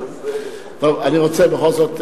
בכל זאת,